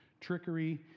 trickery